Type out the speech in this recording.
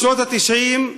בשנות ה-90,